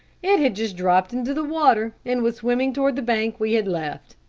it had just dropped into the water, and was swimming toward the bank we had left.